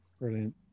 brilliant